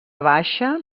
baixa